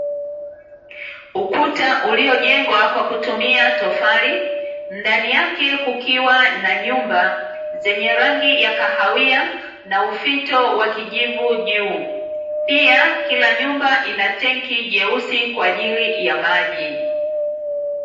Ukuta uliojengwa kwa kutumia tofali, ndani yake kukiwa na nyumba zenye rangi ya kahawia na ufito wa kijivu juu. Pia, kila nyumba ina tenki jeusi kwa ajili ya maji.